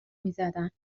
میزدن